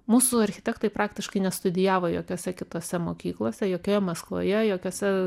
mūsų architektai praktiškai nestudijavo jokiose kitose mokyklose jokioje maskvoje jokiuose